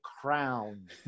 crown